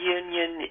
union